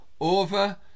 over